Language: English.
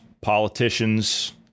politicians